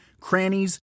crannies